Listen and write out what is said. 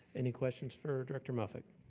any questions for director muffick?